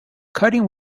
cuttings